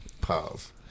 pause